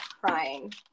crying